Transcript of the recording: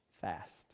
fast